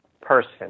person